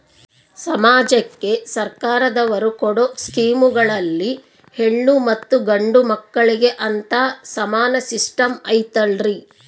ಸಮಾಜಕ್ಕೆ ಸರ್ಕಾರದವರು ಕೊಡೊ ಸ್ಕೇಮುಗಳಲ್ಲಿ ಹೆಣ್ಣು ಮತ್ತಾ ಗಂಡು ಮಕ್ಕಳಿಗೆ ಅಂತಾ ಸಮಾನ ಸಿಸ್ಟಮ್ ಐತಲ್ರಿ?